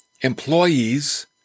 employees